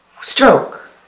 Stroke